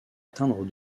atteindre